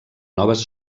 noves